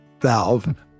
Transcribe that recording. valve